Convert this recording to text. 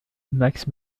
max